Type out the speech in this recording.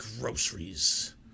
groceries